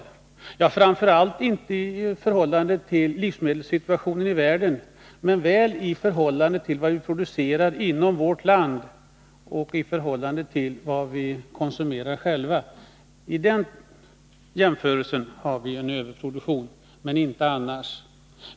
Det gäller framför allt inte i förhållande till livsmedelssituationen i världen, men väl i förhållande till vad vi producerar inom vårt land och i förhållande till vad vi konsumerar själva. I den jämförelsen har vi en överproduktion, men inte annars.